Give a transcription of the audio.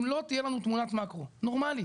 אם לא תהיה לנו תמונת מקרו נורמלית,